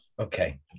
okay